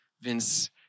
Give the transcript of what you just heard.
Vince